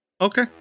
Okay